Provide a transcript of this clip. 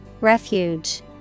Refuge